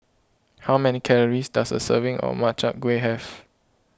how many calories does a serving of Makchang Gui have